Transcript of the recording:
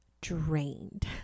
drained